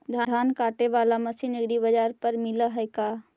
धान काटे बाला मशीन एग्रीबाजार पर मिल है का?